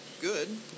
Good